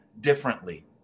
differently